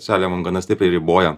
seliavom gana stipriai riboja